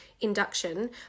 induction